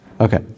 Okay